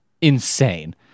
insane